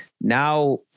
now